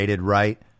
right